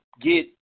get